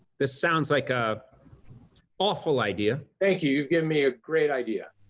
this sounds like a awful idea. thank you. you've given me a great idea.